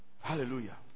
Hallelujah